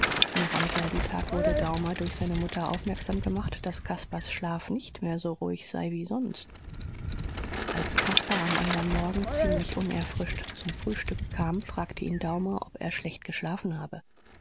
noch am selben tag wurde daumer durch seine mutter aufmerksam gemacht daß caspars schlaf nicht mehr so ruhig sei wie sonst als caspar am andern morgen ziemlich unerfrischt zum frühstück kam fragte ihn daumer ob er schlecht geschlafen habe